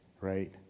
Right